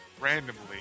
randomly